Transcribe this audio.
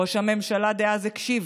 ראש הממשלה דאז הקשיב,